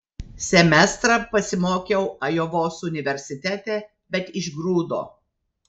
semestrą pasimokiau ajovos universitete bet išgrūdo